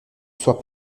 soit